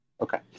Okay